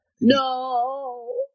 No